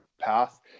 path